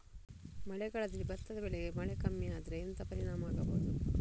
ಮಳೆಗಾಲದಲ್ಲಿ ಭತ್ತದ ಬೆಳೆಗೆ ಮಳೆ ಕಮ್ಮಿ ಆದ್ರೆ ಎಂತ ಪರಿಣಾಮ ಆಗಬಹುದು?